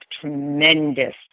tremendous